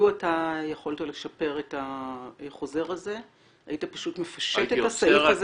אילו אתה יכולת לשפר את החוזר הזה היית פשוט מפשט את הסעיף הזה